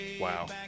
Wow